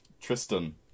Tristan